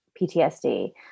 PTSD